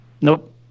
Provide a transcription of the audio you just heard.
Nope